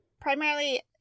primarily